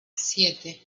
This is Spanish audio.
siete